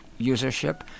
usership